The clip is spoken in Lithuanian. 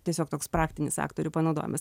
tiesiog toks praktinis aktorių panaudojimas